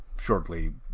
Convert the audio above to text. shortly